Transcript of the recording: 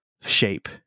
shape